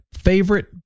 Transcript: favorite